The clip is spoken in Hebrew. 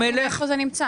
אני לא מבינה איפה זה נמצא.